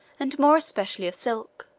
and more especially of silk